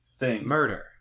Murder